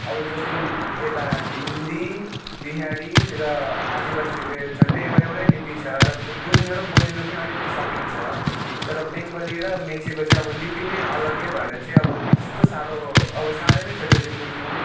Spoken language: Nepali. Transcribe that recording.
अब जस्तो यता हिन्दी बिहारी र आदिवासीको झन्डै एउटै एउटै लिपि छ र त्यो बुझ्नु र बोल्नु पनि अलिकति सकिन्छ तर बङ्गालीको र मेचेको चाहिँ अब लिपि नै अलग्गै भएर चाहिँ अब त्यस्तो साह्रो अब साह्रो नै छ त्यो चाहिँ बुझ्नु